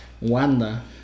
wanda